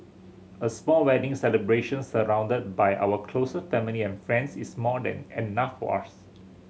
a small wedding celebration surrounded by our closest family and friends is more than enough for us